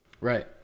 Right